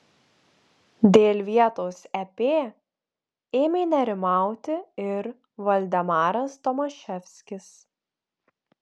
dėl vietos ep ėmė nerimauti ir valdemaras tomaševskis